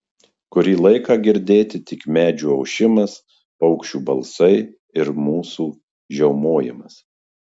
kurį laiką girdėti tik medžių ošimas paukščių balsai ir mūsų žiaumojimas